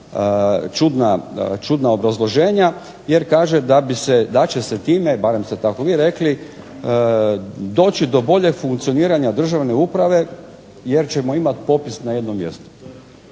čudna obrazloženja, jer kaže da će se time, barem ste tako vi rekli, doći do boljeg funkcioniranja državne uprave jer ćemo imati popis na jednom mjestu.